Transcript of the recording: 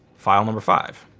file number five.